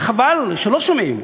וחבל שלא שומעים.